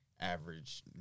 average